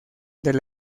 del